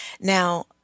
Now